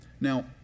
Now